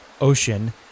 Ocean